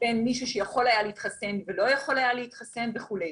בין מישהו שיכול היה להתחסן ולא יכול היה להתחסן וכולי.